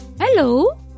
Hello